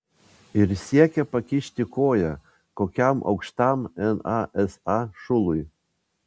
ir siekia pakišti koją kokiam aukštam nasa šului